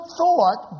thought